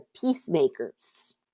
peacemakers